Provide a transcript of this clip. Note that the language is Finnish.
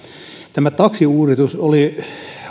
tämä taksiuudistus oli